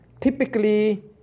typically